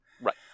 Right